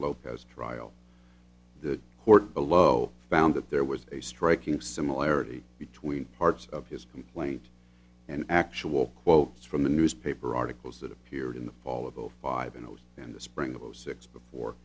lopez trial the court below found that there was a striking similarity between parts of his complaint and actual quotes from the newspaper articles that appeared in the fall of zero five and zero in the spring of zero six before